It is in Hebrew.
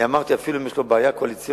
אני אמרתי שאפילו אם יש לו בעיה קואליציונית,